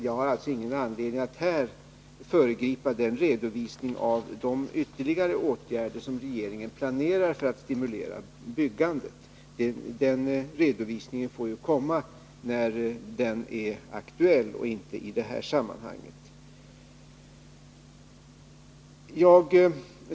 Jag har alltså ingen anledning att här föregripa den redovisning av de ytterligare åtgärder som regeringen planerar för att stimulera byggandet. Den redovisningen får komma när den verkligen är aktuell och inte i det här sammanhanget.